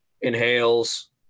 inhales